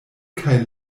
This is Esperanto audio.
kaj